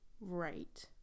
right